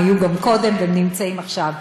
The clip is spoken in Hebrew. הם היו גם קודם, והם נמצאים עכשיו.